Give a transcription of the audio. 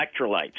electrolytes